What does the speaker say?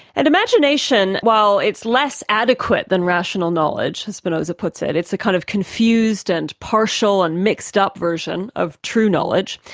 and imagination, while it's less adequate than rational knowledge, as spinoza puts it, it's a kind of confused and partial and mixed-up version of true knowledge,